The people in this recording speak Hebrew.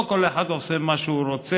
לא כל אחד עושה מה שהוא רוצה.